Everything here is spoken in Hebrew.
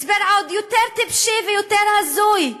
הסדר עוד יותר טיפשי ויותר הזוי.